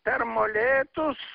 per molėtus